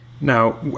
Now